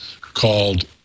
called